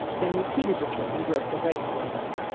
then repeated the trick and broke the right fore leg.